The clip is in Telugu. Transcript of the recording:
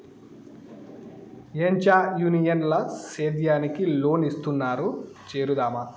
ఏంచా యూనియన్ ల సేద్యానికి లోన్ ఇస్తున్నారు చేరుదామా